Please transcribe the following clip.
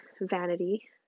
vanity